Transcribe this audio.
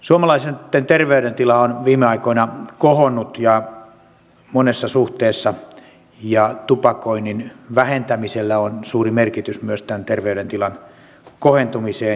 suomalaisten terveydentila on viime aikoina kohonnut monessa suhteessa ja tupakoinnin vähentämisellä on suuri merkitys myös tähän terveydentilan kohentumiseen